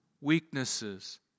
weaknesses